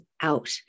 out